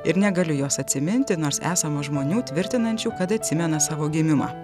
ir negaliu jos atsiminti nors esama žmonių tvirtinančių kad atsimena savo gimimą